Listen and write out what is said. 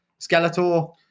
Skeletor